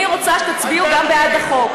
אני רוצה שתצביעו גם בעד החוק.